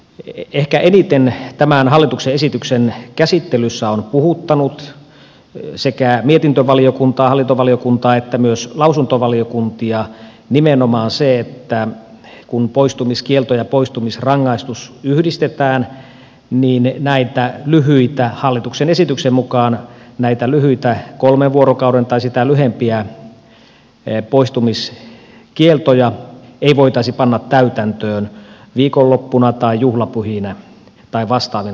ehkä eniten tämän hallituksen esityksen käsittelyssä on puhuttanut sekä mietintövaliokuntaa hallintovaliokuntaa että myös lausuntovaliokuntia nimenomaan se että kun poistumiskielto ja poistumisrangaistus yhdistetään niin hallituksen esityksen mukaan näitä lyhyitä kolmen vuorokauden tai sitä lyhempiä poistumiskieltoja ei voitaisi panna täytäntöön viikonloppuna tai juhlapyhinä tai vastaavina aikoina